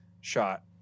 shot